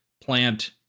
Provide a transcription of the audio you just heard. plant